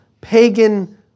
pagan